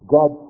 God